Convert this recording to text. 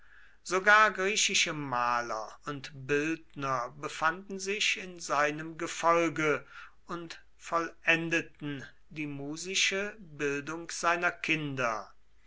sogar griechische maler und bildner befanden sich in seinem gefolge und vollendeten die musische bildung seiner kinder